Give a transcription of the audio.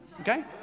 okay